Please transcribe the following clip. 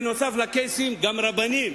ונוסף על הקייסים גם רבנים,